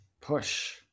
Push